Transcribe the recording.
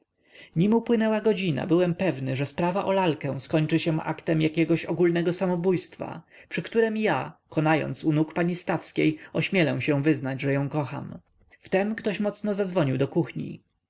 nim upłynęła godzina byłem pewny że sprawa o lalkę skończy się aktem jakiegoś ogólnego samobójstwa przy którym ja konając u nóg pani stawskiej ośmielę się wyznać że ją kocham wtem ktoś mocno zadzwonił do kuchni